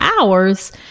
hours